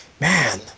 Man